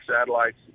satellites